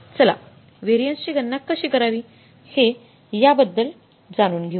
चला व्हेरिएन्सची गणना कशी करावी हे याबद्दल जाणून घेऊ